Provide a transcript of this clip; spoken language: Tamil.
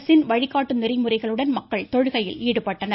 அரசின் வழிகாட்டு நெறிமுறைகளுடன் மக்கள் தொழுகையில் ஈடுபட்டனர்